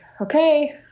okay